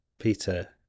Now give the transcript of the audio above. peter